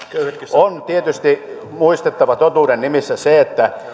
on tietysti muistettava totuuden nimissä se että